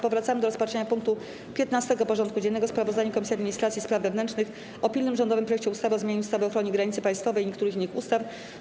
Powracamy do rozpatrzenia punktu 15. porządku dziennego: Sprawozdanie Komisji Administracji i Spraw Wewnętrznych o pilnym rządowym projekcie ustawy o zmianie ustawy o ochronie granicy państwowej i niektórych innych ustaw.